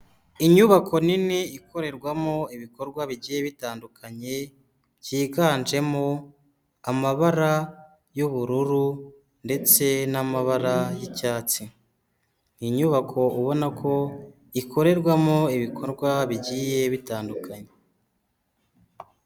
Inyubako nini ikorerwamo ibikorwa bigiye bitandukanye byiganjemo amabara y'ubururu ndetse n'amabara y'icyatsi, ni inyubako ubona ko ikorerwamo ibikorwa bigiye bitandukanye.